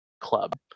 club